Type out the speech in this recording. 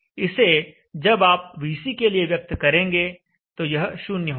इसे जब आप VC के लिए व्यक्त करेंगे तो यह 0 होगा